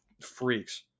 freaks